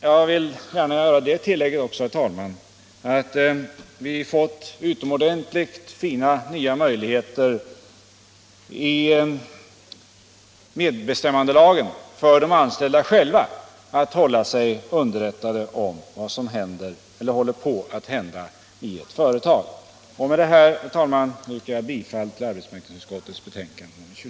Jag vill gärna göra det tillägget, herr talman, att vi genom medbestämmandelagen har fått utomordentligt fina nya möjligheter för de anställda själva att hålla sig underrättade om vad som håller på att hända i ett företag.